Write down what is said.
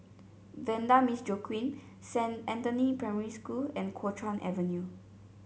Vanda Miss Joaquim Saint Anthony Primary School and Kuo Chuan Avenue